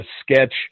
sketch